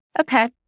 okay